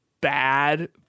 bad